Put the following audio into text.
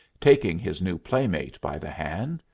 taking his new playmate by the hand.